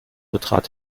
betrat